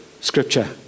Scripture